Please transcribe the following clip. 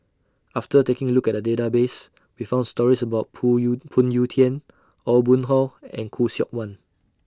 after taking A Look At The Database We found stories about Pull YOU Phoon Yew Tien Aw Boon Haw and Khoo Seok Wan